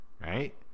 Right